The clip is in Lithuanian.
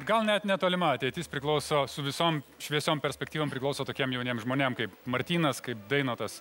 gal net netolima ateitis priklauso su visom šviesiom perspektyvom priklauso tokiem jauniem žmonėm kaip martynas kaip dainotas